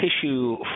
tissue